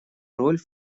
роль